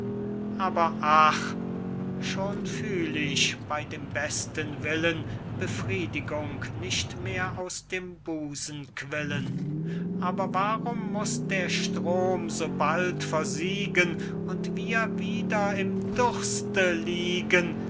aber ach schon fühl ich bey dem besten willen befriedigung nicht mehr aus dem busen quillen aber warum muß der strom so bald versiegen und wir wieder im durste liegen